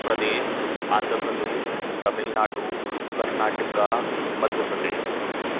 Pradesh Andhra Pradesh Tamil Nadu Karnataka Madhya Pradesh